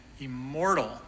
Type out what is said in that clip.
immortal